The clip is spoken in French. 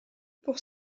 pour